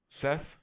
Seth